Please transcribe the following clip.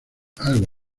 algo